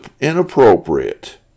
inappropriate